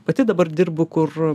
pati dabar dirbu kur